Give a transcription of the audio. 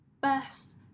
best